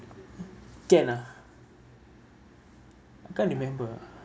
can ah can't remember ah